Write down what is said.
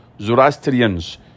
Zoroastrians